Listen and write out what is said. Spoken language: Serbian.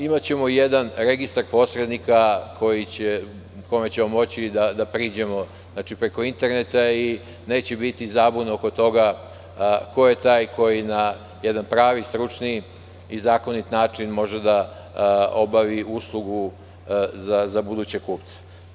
Imaćemo i jedan registar posrednika kome ćemo moći da priđemo preko interneta i neće biti zabune oko toga ko je taj koji na jedan pravi, stručniji i zakonit način može da obavi uslugu za buduće kupce.